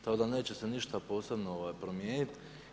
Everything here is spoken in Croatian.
Tako da neće se ništa posebno promijeniti.